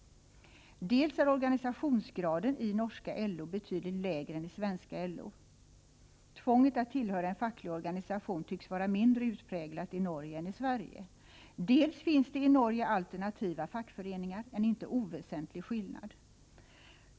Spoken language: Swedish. Dels är organisationsgraden i norska LO betydligt lägre än i svenska LO. Tvånget att tillhöra en facklig organisation tycks vara mindre utpräglat i Norge än i Sverige. Dels finns det i Norge alternativa fackföreningar — en inte oväsentlig skillnad.